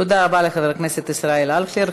תודה רבה לחבר הכנסת ישראל אייכלר.